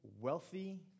wealthy